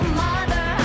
mother